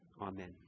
Amen